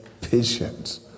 patience